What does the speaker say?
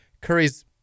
Curry's